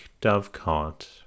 dovecot